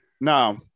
no